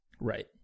Right